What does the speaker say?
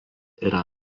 yra